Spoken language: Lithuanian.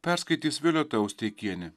perskaitys violeta osteikienė